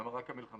למה רק מלחמתי?